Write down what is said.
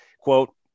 quote